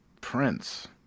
prince